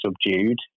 subdued